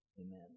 amen